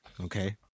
okay